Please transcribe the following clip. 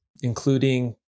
including